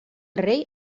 rei